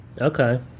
okay